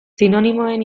sinonimoen